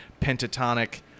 pentatonic